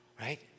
right